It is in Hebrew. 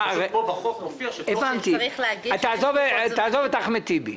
לגבי הנושא של אחמד טיבי,